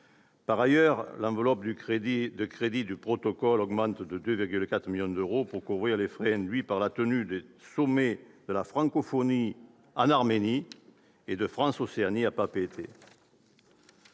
Par ailleurs, l'enveloppe de crédits du protocole augmente de 2,4 millions d'euros, pour couvrir les frais induits par la tenue des sommets de la francophonie en Arménie et France-Océanie à Papeete.